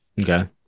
Okay